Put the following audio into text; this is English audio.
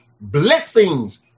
blessings